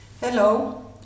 hello